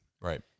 Right